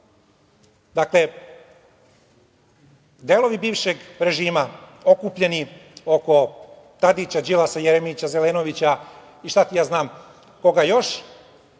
delovi bivšeg režima, okupljeni oko Tadića, Đilasa, Jeremića, Zelenovića i šta ti ja znam koga još,